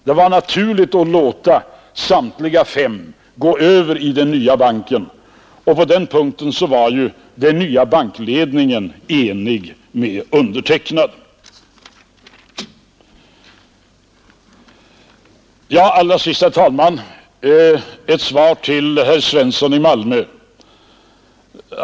Det var naturligt att låta samtliga fem gå över i den nya banken, och på den punkten var ju den nya bankledningen enig med mig. Så, herr talman, ett svar till herr Svensson i Malmö.